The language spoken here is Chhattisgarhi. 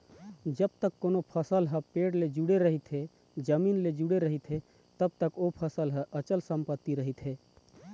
जब तक कोनो फसल ह पेड़ ले जुड़े रहिथे, जमीन ले जुड़े रहिथे तब तक ओ फसल ह अंचल संपत्ति रहिथे